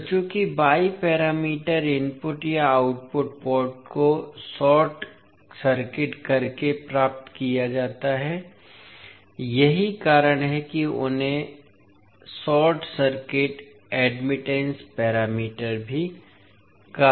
तो चूंकि y parameter input या आउटपुट पोर्ट्स को शॉर्ट सर्किट करके प्राप्त किया जाता है यही कारण है कि उन्हें शॉर्ट सर्किट एडमिट पैरामीटर भी कहा जाता है